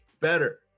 better